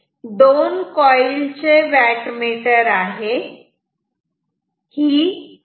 हे दोन कॉइल चे व्याटमीटर आहे